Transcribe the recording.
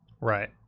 Right